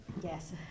Yes